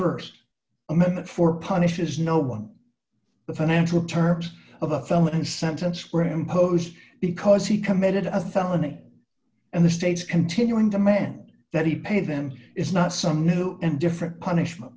first amendment four punishes no one the financial terms of a felon sentence were imposed because he committed a felony and the state's continuing demand that he paid them is not some new and different punishment